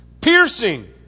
Piercing